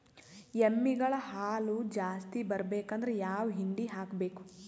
ಎಮ್ಮಿ ಗಳ ಹಾಲು ಜಾಸ್ತಿ ಬರಬೇಕಂದ್ರ ಯಾವ ಹಿಂಡಿ ಹಾಕಬೇಕು?